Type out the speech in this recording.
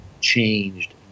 changed